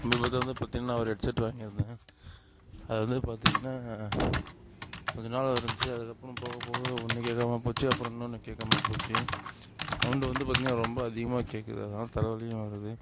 இப்போ வந்து பார்த்திங்கன்னா ஒரு ஹெட் செட் வாங்கியிருந்தேன் அது வந்து பார்த்திங்கன்னா கொஞ்ச நாள் இருந்துச்சி அதுக்கப்பறம் போகப்போக ஒன்று கேட்காம போச்சு அப்பறம் இன்னொன்னு கேட்காமல் போச்சு சவுண்ட் வந்து பார்த்திங்கன்னா ரொம்ப அதிகமாக கேட்குது அதனால தலைவலியும் வருது